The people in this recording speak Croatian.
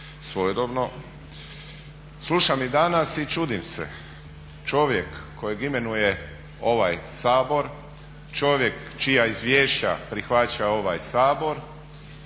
svojedobno, slušam i danas i čudim se. Čovjek kojeg imenuje ovaj Sabora, čovjek čija izvješća prihvaća ovaj Sabor,